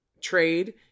trade